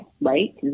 Right